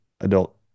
adult